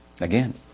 Again